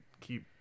keep